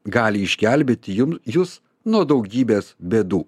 gali išgelbėti jum jus nuo daugybės bėdų